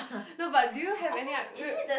no but do you have any id~ wait